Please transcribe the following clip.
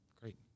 great